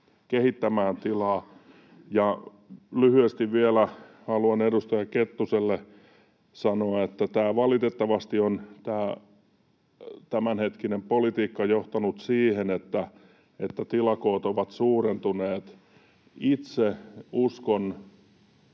kehittämään tilaa. Ja lyhyesti vielä haluan edustaja Kettuselle sanoa, että valitettavasti tämä tämänhetkinen politiikka on johtanut siihen, että tilakoot ovat suurentuneet. Itse uskon